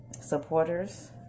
supporters